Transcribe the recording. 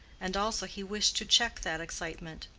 and also he wished to check that excitement.